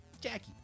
Jackie